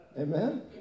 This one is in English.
Amen